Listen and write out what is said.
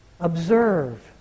Observe